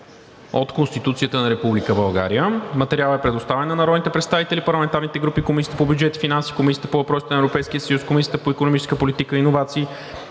от Конституцията на Република България. Материалът е предоставен на народните представители, парламентарните групи, Комисията по бюджет и финанси, Комисията по въпросите на Европейския съюз, Комисията по икономическа политика и иновации,